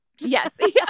Yes